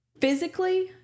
Physically